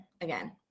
again